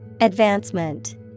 Advancement